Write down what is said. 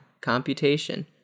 computation